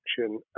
action